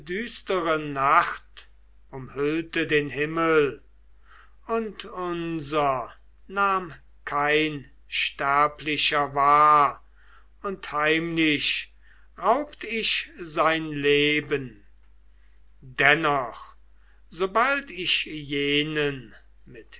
düstere nacht umhüllte den himmel und unser nahm kein sterblicher wahr und heimlich raubt ich sein leben dennoch sobald ich jenen mit